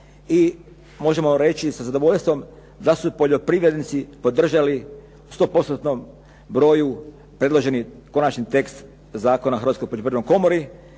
i možemo reći sa zadovoljstvom da su poljoprivrednici podržali 100%-tnom broju predloženi, konačni tekst Zakona o Hrvatskoj poljoprivrednoj komori